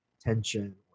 tension